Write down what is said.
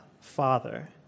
Father